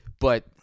But-